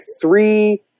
three